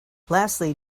lastly